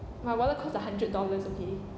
my wallet costs a hundred dollars okay